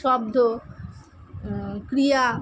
শব্দ ক্রিয়া